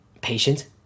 patient